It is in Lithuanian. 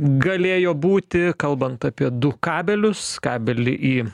galėjo būti kalbant apie du kabelius kabelį į